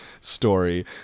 story